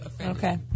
Okay